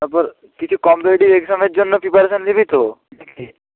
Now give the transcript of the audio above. তারপর কিছু কম্পিটিটিভ এক্সামের জন্য পিপারেশন নিবি তো